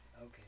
Okay